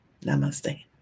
Namaste